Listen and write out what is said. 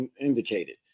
indicated